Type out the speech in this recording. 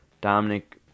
Dominic